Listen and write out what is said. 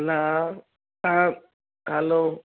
न तव्हां हैलो